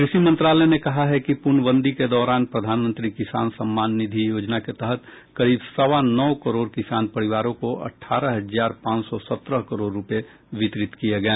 कृषि मंत्रालय ने कहा है कि प्रर्णबंदी के दौरान प्रधानमंत्री किसान सम्मान निधि योजना के तहत करीब सवा नौ करोड़ किसान परिवारों को अठारह हजार पांच सौ सत्रह करोड़ रुपये वितरित किये गये